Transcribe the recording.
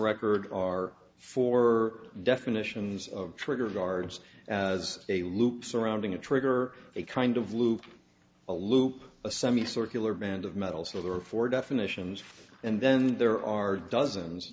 record are for definitions of trigger guards as a loop surrounding a trigger a kind of loop a loop a semicircular band of metal so there are four definitions and then there are dozens